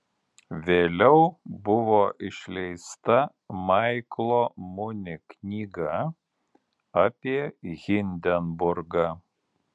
vėliau buvo išleista maiklo muni knyga apie hindenburgą